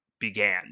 began